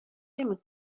نمی